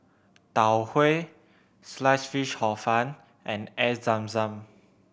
Tau Huay Sliced Fish Hor Fun and Air Zam Zam